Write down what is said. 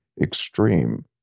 extreme